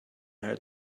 her